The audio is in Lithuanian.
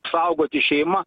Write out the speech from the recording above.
saugoti šeimą